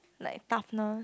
like toughness